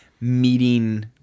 meeting